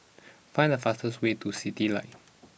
find the fastest way to Citylights